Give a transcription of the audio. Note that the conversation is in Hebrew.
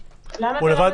הוא לבד בתוך חדר?